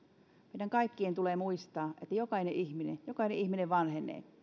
meidän kaikkien tulee muistaa että jokainen ihminen jokainen ihminen vanhenee